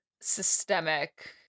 systemic